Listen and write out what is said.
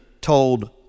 told